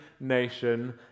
nation